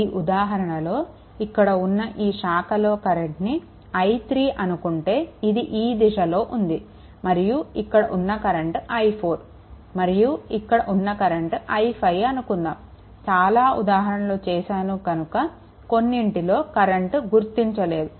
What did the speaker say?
ఈ ఉదాహరణలో ఇక్కడ ఉన్న ఈ శాఖ లో కరెంట్ని i3 అనుకుంటే ఇది ఈ దిశలో ఉంది మరియు ఇక్కడ ఉన్న కరెంట్ i4 మరియు ఇక్కడ ఉన్న కరెంట్ i5 అనుకుందాము చాలా ఉదాహరణలు చేశాను కనుక కొన్నింటిలో కరెంట్ గుర్తించలేదు